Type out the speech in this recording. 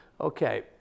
Okay